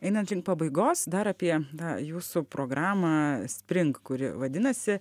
einant link pabaigos dar apie tą jūsų programą spring kuri vadinasi